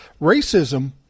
racism